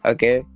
Okay